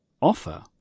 offer